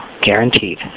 guaranteed